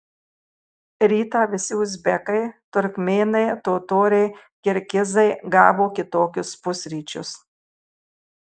rytą visi uzbekai turkmėnai totoriai kirgizai gavo kitokius pusryčius